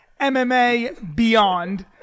MMABEYOND